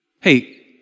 hey